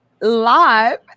live